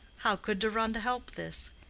how could deronda help this?